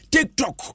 Tiktok